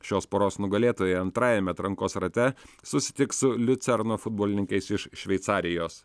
šios poros nugalėtojai antrajame atrankos rate susitiks su liucerno futbolininkais iš šveicarijos